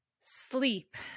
sleep